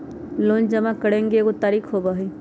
Loan जमा करेंगे एगो तारीक होबहई?